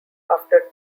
after